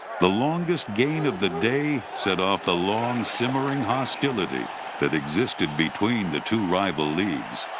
the longest gain of the day set off the long-simmering hostility that existed between the two rival leagues.